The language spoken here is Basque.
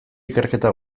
ikerketa